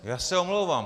Já se omlouvám.